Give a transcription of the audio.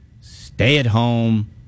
stay-at-home